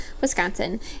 Wisconsin